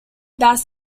bass